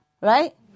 right